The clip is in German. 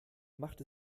macht